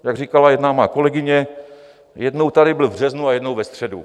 Jak říkala jedna má kolegyně, jednou tady byl v březnu a jednou ve středu.